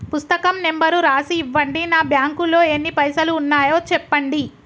పుస్తకం నెంబరు రాసి ఇవ్వండి? నా బ్యాంకు లో ఎన్ని పైసలు ఉన్నాయో చెప్పండి?